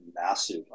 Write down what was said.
massive